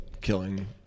Killing